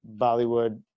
Bollywood